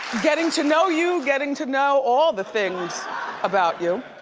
getting to know you, getting to know all the things about you.